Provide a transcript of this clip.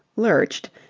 lurched,